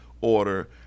order